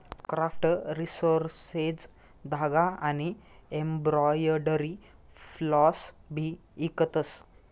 craft resources धागा आनी embroidery floss भी इकतस